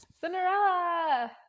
Cinderella